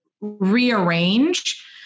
rearrange